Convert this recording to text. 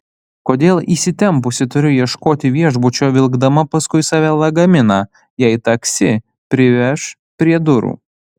kodėl įsitempusi turiu ieškoti viešbučio vilkdama paskui save lagaminą jei taksi priveš prie durų